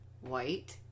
white